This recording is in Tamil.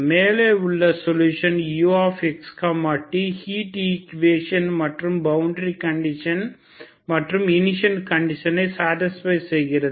மேலே உள்ள சொலுஷன் uxtஹீட் ஈக்குவேஷன் மற்றும் பவுண்டரி கண்டிஷன் மற்றும் இனிஷியல் கண்டிஷன்களை சடிஸ்பை செய்கிறது